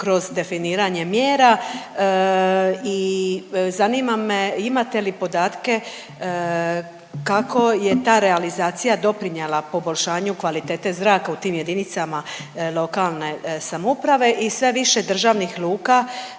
kroz definiranje mjera i zanima me imate li podatke kako je ta realizacija doprinijela poboljšanju kvalitete zraka u tim jedinicama lokalne samouprave? I sve više državnih luka,